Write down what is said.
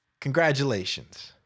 Congratulations